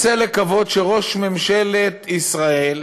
רוצה לקוות שראש ממשלת ישראל